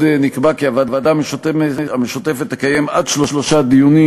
עוד נקבע כי הוועדה המשותפת תקיים עד שלושה דיונים,